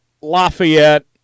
Lafayette